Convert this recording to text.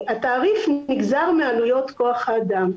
התעריף נגזר מעלויות כח האדם.